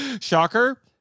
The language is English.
Shocker